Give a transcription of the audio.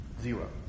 Zero